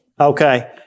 Okay